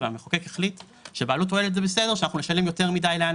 והאוצר גילה שעם האוטומציה זה 400 מיליון כי הם